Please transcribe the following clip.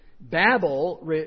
Babel